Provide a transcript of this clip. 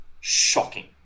shocking